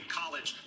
college